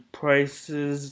prices